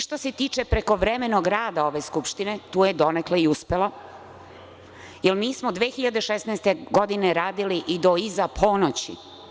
Što se tiče prekovremenog rada ove Skupštine, tu je donekle i uspela, jer mi smo 2016. godine radili i do iza ponoći.